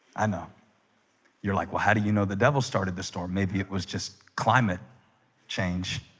i know you're like well. how do you know the devil started the storm, maybe it was just climate change